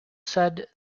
said